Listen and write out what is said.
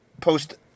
post